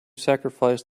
sacrifice